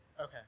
Okay